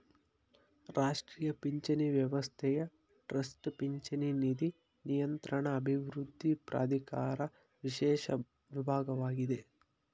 ರಾಷ್ಟ್ರೀಯ ಪಿಂಚಣಿ ವ್ಯವಸ್ಥೆಯ ಟ್ರಸ್ಟ್ ಪಿಂಚಣಿ ನಿಧಿ ನಿಯಂತ್ರಣ ಅಭಿವೃದ್ಧಿ ಪ್ರಾಧಿಕಾರ ವಿಶೇಷ ವಿಭಾಗವಾಗಿದೆ